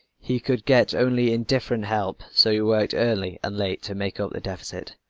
he could get only indifferent help, so he worked early and late to make up the deficit.